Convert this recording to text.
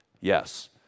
Yes